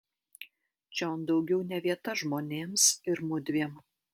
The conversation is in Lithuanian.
čion daugiau ne vieta žmonėms ir mudviem